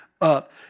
up